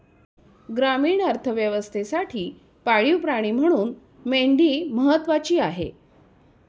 ग्रामीण अर्थव्यवस्थेसाठी पाळीव प्राणी म्हणून मेंढी महत्त्वाची आहे